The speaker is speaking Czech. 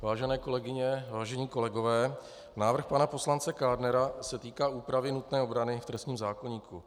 Vážené kolegyně, vážení kolegové, návrh pana poslance Kádnera se týká úpravy nutné obrany v trestním zákoníku.